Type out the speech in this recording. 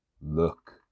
Look